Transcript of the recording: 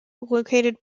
located